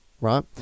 right